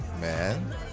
man